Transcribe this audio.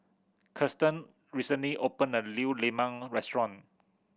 Kiersten recently opened a new lemang restaurant